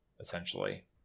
essentially